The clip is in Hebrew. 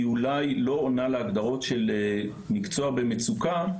אולי לא עונה להגדרות של מקצוע במצוקה,